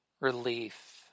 relief